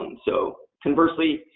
so, conversely,